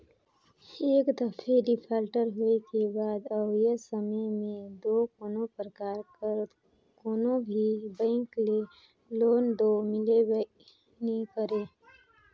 एक दफे डिफाल्टर होए के बाद अवइया समे में दो कोनो परकार कर कोनो भी बेंक में लोन दो मिलबे नी करे